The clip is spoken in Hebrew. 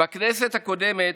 בכנסת הקודמת,